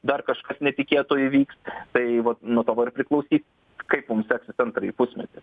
dar kažkas netikėto įvyks tai vat nuo dabar priklausys kaip mums seksis antrąjį pusmetį